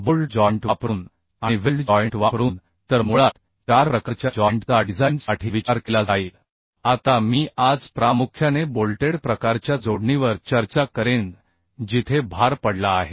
bolt joint वापरून आणि weld joint वापरून तर मुळात चार प्रकारच्या जॉइंट चा डिझाइन साठी विचार केला जाईल आता मी आज प्रामुख्याने बोल्टेड प्रकारच्या जोडणीवर चर्चा करेन जिथे भार पडला आहे